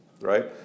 Right